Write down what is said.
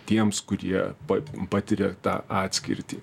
tiems kurie pat patiria tą atskirtį